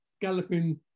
galloping